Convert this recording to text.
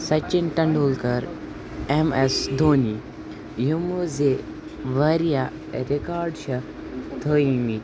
Sachin Tendulkar M S Dhoni یِمو زِ واریاہ رِکارڈ چھِ تھٲے مٕتۍ